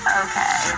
okay